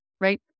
Right